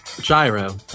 Gyro